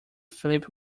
philip